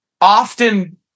often